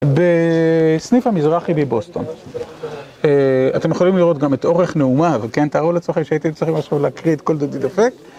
בסניף המזרחי בבוסטון, אתם יכולים לראות גם את אורך נאומה וכן תארו לעצמכם שהייתי צריכים עכשיו להקריא את כל דודי דפק